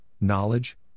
knowledge